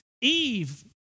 Eve